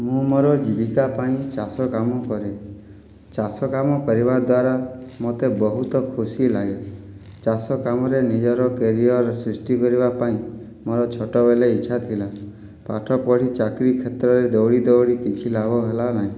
ମୁଁ ମୋର ଜୀବିକା ପାଇଁ ଚାଷ କାମ କରେ ଚାଷ କାମ କରିବା ଦ୍ୱାରା ମୋତେ ବହୁତ ଖୁସି ଲାଗେ ଚାଷ କାମରେ ନିଜର କ୍ୟାରିୟର ସୃଷ୍ଟି କରିବା ପାଇଁ ମୋର ଛୋଟବେଳେ ଇଚ୍ଛା ଥିଲା ପାଠପଢ଼ି ଚାକିରୀ କ୍ଷେତ୍ରରେ ଦୌଡ଼ି ଦୌଡ଼ି କିଛି ଲାଭ ହେଲା ନାହିଁ